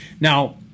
Now